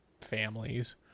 families